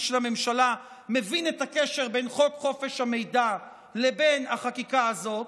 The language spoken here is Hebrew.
של הממשלה מבינים את הקשר בין חוק חופש המידע לבין החקיקה הזאת,